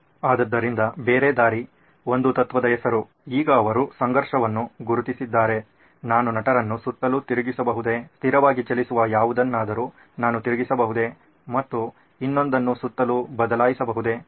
ಆದ್ದರಿಂದ ಬೇರೆ ದಾರಿ ಒಂದು ತತ್ವದ ಹೆಸರು ಈಗ ಅವರು ಸಂಘರ್ಷವನ್ನು ಗುರುತಿಸಿದ್ದಾರೆ ನಾನು ನಟರನ್ನು ಸುತ್ತಲೂ ತಿರುಗಿಸಬಹುದೇ ಸ್ಥಿರವಾಗಿ ಚಲಿಸುವ ಯಾವುದನ್ನಾದರೂ ನಾನು ತಿರುಗಿಸಬಹುದೇ ಮತ್ತು ಇನ್ನೊಂದನ್ನು ಸುತ್ತಲೂ ಬದಲಾಯಿಸಬಹುದೇ